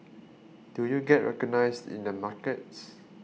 do you get recognised in the markets